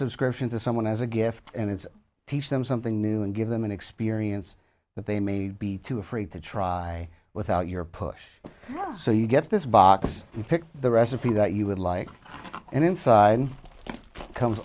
subscription to someone as a gift and it's teach them something new and give them an experience that they may be too afraid to try without your push so you get this box you pick the recipe that you would like and inside comes